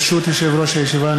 ברשות יושב-ראש הישיבה,